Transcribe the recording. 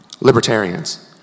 libertarians